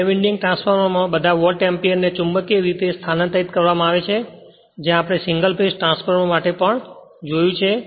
બે વિન્ડિંગ ટ્રાન્સફોર્મરમાં બધા વોલ્ટ એમ્પીયર ને ચુંબકીય રૂપે સ્થાનાંતરિત કરવામાં આવે છે જે આપણે સિંગલ ફેઝ ટ્રાન્સફોર્મર માટે પણ જોયું છે